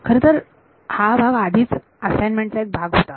खरे तर हा भाग आधीच हा असाइनमेंट चा एक भाग होता